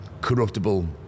corruptible